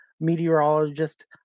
meteorologist